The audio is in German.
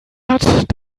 hat